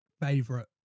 favorite